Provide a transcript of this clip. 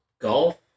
golf